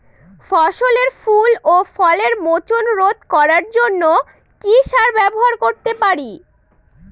ফসলের ফুল ও ফলের মোচন রোধ করার জন্য কি সার ব্যবহার করতে পারি?